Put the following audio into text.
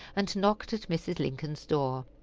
and knocked at mrs. lincoln's door.